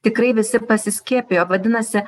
tikrai visi pasiskiepijo vadinasi